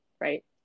right